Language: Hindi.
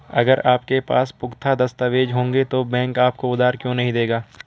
अगर आपके पास पुख्ता दस्तावेज़ होंगे तो बैंक आपको उधार क्यों नहीं देगा?